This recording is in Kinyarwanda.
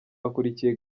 hakurikiye